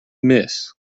miss